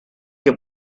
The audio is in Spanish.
que